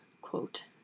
quote